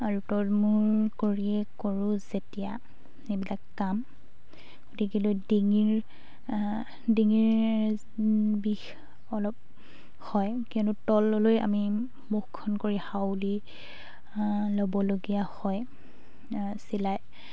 আৰু তল মূল কৰিয়ে কৰোঁ যেতিয়া এইবিলাক কাম গতিকেলৈ ডিঙিৰ ডিঙিৰ বিষ অলপ হয় কিয়নো তললৈ আমি মুখখন কৰি হাওলি ল'বলগীয়া হয় চিলাই